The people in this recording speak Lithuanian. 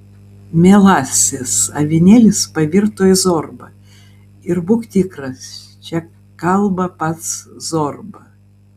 mielasis avinėlis pavirto į zorbą ir būk tikras čia kalba pats zorba